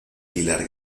pilar